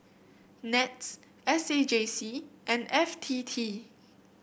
NETS S A J C and F T T